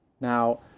now